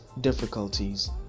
difficulties